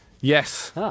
Yes